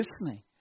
listening